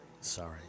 Sorry